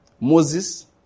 Moses